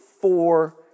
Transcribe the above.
four